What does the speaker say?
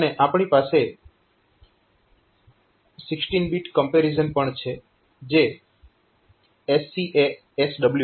અને આપણી પાસે 16 બીટ કમ્પેરીઝન પણ છે જે SCASW છે